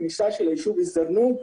בכניסה של היישוב אל-זרנוג.